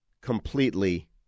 completely